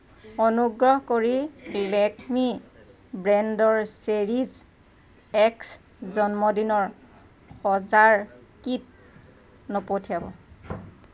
অনুগ্ৰহ কৰি লেক্মী ব্ৰেণ্ডৰ চেৰিছ এক্স জন্মদিনৰ সজ্জাৰ কিট নপঠিয়াব